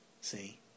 see